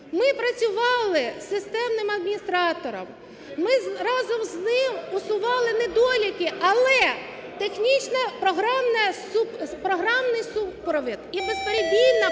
Ми працювали з системним адміністратором, ми разом з ним усували недоліки. Але технічно-програмний супровід і безперебійне